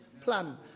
Plan